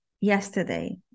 yesterday